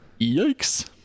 Yikes